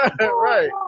Right